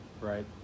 right